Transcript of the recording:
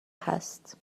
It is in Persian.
هست